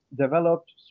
Developed